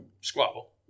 squabble